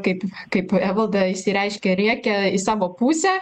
kaip kaip evalda išsireiškė riekia į savo pusę